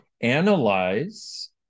analyze